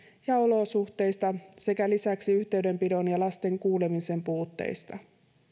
ja olosuhteista sekä lisäksi yhteydenpidon ja lasten kuulemisen puutteista